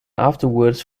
afterwards